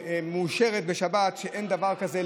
מאושרת בשבת, אין דבר כזה.